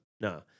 No